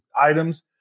items